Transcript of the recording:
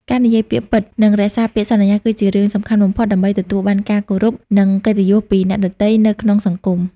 ការនិយាយពាក្យពិត និងរក្សាពាក្យសន្យា គឺជារឿងសំខាន់បំផុតដើម្បីទទួលបានការគោរព និងកិត្តិយសពីអ្នកដទៃនៅក្នុងសង្គម។